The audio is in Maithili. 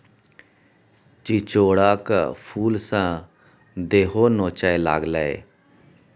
चिचोढ़क फुलसँ देहि नोचय लागलै